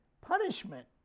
punishment